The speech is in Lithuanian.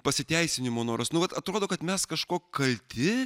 pasiteisinimų noras nuolat atrodo kad mes kažko kalti